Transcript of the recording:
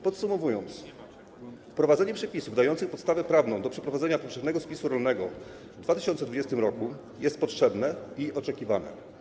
Podsumowując, wprowadzenie przepisów dających podstawę prawną do przeprowadzenia powszechnego spisu rolnego w 2020 r. jest potrzebne i oczekiwane.